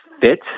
fit